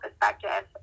perspective